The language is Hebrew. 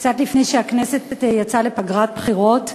קצת לפני שהכנסת יצאה לפגרת בחירות,